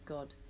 God